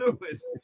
louis